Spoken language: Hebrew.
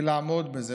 ולעמוד בזה.